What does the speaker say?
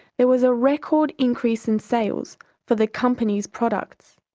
there was a record increase in sales for the company's products.